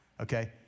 Okay